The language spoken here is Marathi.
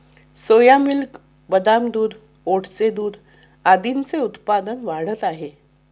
सोया मिल्क, बदाम दूध, ओटचे दूध आदींचे उत्पादन वाढत आहे